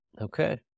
Okay